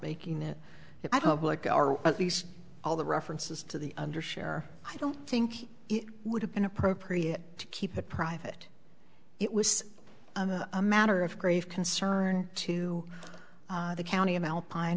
making it at least all the references to the under share i don't think it would have been appropriate to keep it private it was a matter of grave concern to the county of alpine